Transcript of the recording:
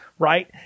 Right